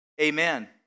amen